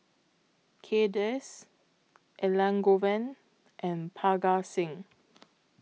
Kay Das Elangovan and Parga Singh